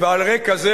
ועל רקע זה,